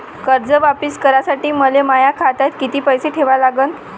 कर्ज वापिस करासाठी मले माया खात्यात कितीक पैसे ठेवा लागन?